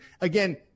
again